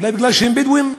אולי כי הם בדואים?